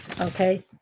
Okay